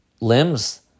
limbs